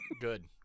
good